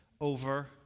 over